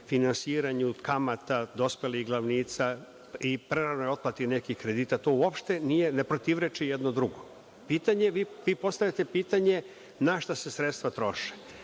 finansiranju kamata dospelih glavnica i prerane otplate nekih kredita, to uopšte ne protivreči jedno drugom. Vi postavljate pitanje, našta se sredstva troše.